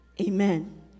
amen